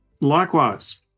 Likewise